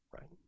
right